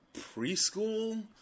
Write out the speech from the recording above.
preschool